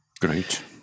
great